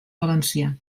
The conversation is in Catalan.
valencià